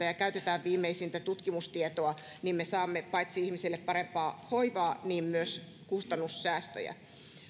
ja käytetään viimeisintä tutkimustietoa me saamme paitsi ihmisille parempaa hoivaa myös kustannussäästöjä